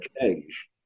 change